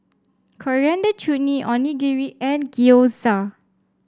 Coriander Chutney Onigiri and Gyoza